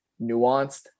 nuanced